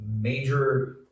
major